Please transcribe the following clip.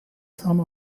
some